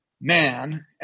man